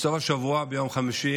בסוף השבוע, ביום חמישי